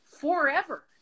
forever